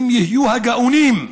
הם יהיו הגאונים.